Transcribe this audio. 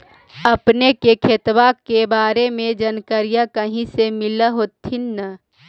अपने के खेतबा के बारे मे जनकरीया कही से मिल होथिं न?